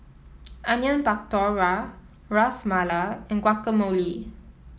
Onion Pakora Ras Malai and Guacamole